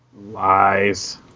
Lies